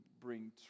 bring